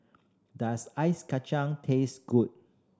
does ice kacang taste good